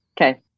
Okay